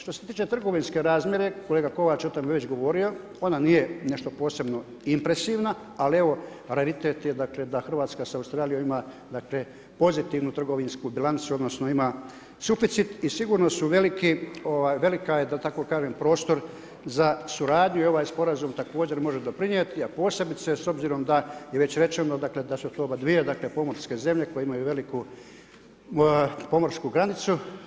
Što se tiče trgovinske razmjere, kolega Kovač je već o tome govorio, ona nije nešto posebno impresivna, ali evo, … dakle, da Hrvatska s Australijom ima pozitivnu trgovinsku bilancu, odnosno, ima suficit i sigurno su veliki, velika je da tako kažem, prostor za suradnju i ovaj sporazum također može doprinijeti, a posebice, s obzirom da je već rečeno, dakle, da su to obadvije, dakle, pomorske zemlje, dakle koju imaju veliku pomorsku granicu.